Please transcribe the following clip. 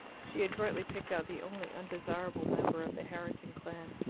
she adroitly picked out the only undesirable member of the herriton clan.